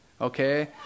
okay